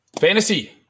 fantasy